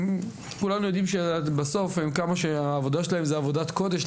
וכולנו יודעים שבסוף כמה שהעבודה שלהם היא עבודת קודש,